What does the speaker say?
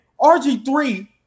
RG3